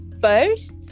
first